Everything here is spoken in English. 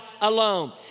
alone